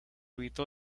evitó